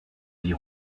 vie